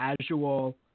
casual